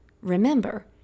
Remember